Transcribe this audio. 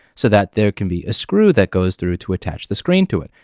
so that there can be a screw that goes through to attach the screen to it.